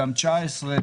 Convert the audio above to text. גם ל-2019,